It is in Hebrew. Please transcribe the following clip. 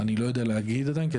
אני לא יודע להגיד עדיין.